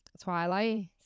Twilight